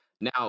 Now